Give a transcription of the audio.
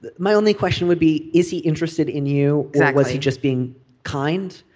but my only question would be is he interested in you. zach was he just being kind.